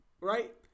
right